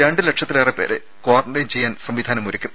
രണ്ട് ലക്ഷത്തിലേറെപ്പേരെ ക്വാറന്റൈൻ ചെയ്യാൻ സംവിധാനമൊരുക്കും